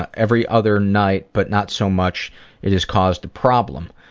ah every other night but not so much it has caused a problem.